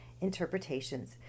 interpretations